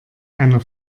einer